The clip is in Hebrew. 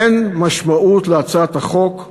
אין משמעות להצעת החוק.